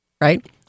Right